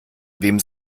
wem